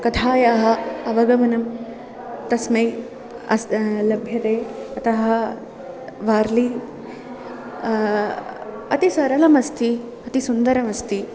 कथायाः अवगमनं तस्मै अस्ति लभ्यते अतः वार्लि अतिसरलमस्ति अतिसुन्दरम् अस्ति